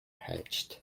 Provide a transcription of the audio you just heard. hatched